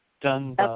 Done